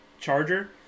charger